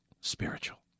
spiritual